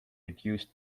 reduced